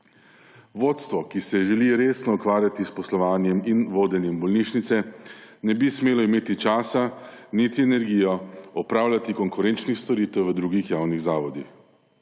Vodstvo, ki se želi resno ukvarjati s poslovanjem in vodenjem bolnišnice, ne bi smelo imeti časa niti energije opravljati konkurenčne storitve v drugih javnih zavodih.